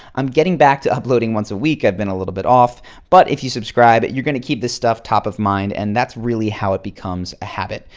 i'm getting back to uploading once a week, i've been a little bit off but if you subscribe, you're going to keep this stuff top of mind and that's really how it becomes a habit.